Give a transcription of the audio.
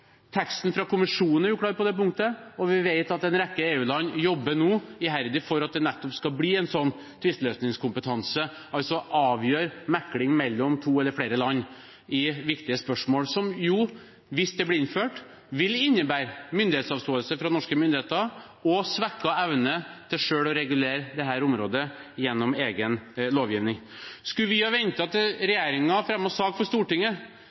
Teksten fra Kommisjonen er uklar på det punktet, og vi vet at en rekke EU-land nå jobber iherdig for at det nettopp skal bli en slik tvisteløsningskompetanse, som altså avgjør mekling mellom to eller flere land i viktige spørsmål, noe som jo – hvis det blir innført – vil innebære myndighetsavståelse fra norske myndigheter og svekket evne til selv å regulere dette området gjennom egen lovgivning. Skulle vi ha ventet til regjeringen fremmet sak for Stortinget,